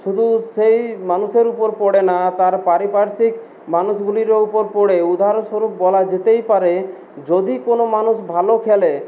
শুধু সেই মানুষের উপর পড়ে না তার পারিপার্শ্বিক মানুষগুলিরও উপর পড়ে উদাহরণস্বরূপ বলা যেতেই পারে যদি কোনো মানুষ ভালো খেলে